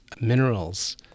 minerals